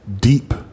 deep